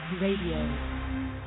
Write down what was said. Radio